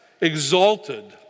exalted